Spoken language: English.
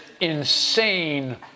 insane